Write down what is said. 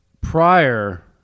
prior